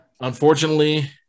Unfortunately